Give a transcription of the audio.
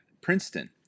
Princeton